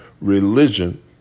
religion